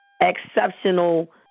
exceptional